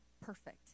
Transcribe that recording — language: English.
perfect